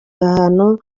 kabano